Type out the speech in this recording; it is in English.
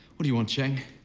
what do you want, chieng?